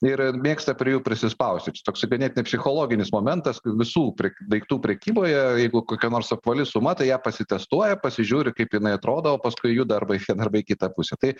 ir mėgsta prie jų prisispausti toksai ganėtinai psichologinis momentas visų pre daiktų prekyboje jeigu kokia nors apvali suma tai ją pasitestuoja pasižiūri kaip jinai atrodo o paskui juda arba į vieną arbą į kitą pusę tai